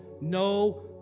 no